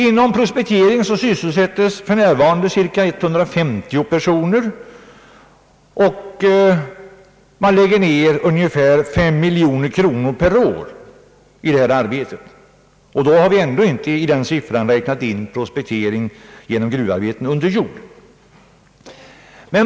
Inom prospekteringen sysselsättes för närvarande cirka 150 personer, och man lägger ned ungefär 5 miljoner kronor per år på detta arbete. I den siffran har man ändå inte räknat in prospektering genom gruvarbeten under jord.